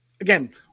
Again